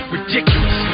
Ridiculous